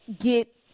get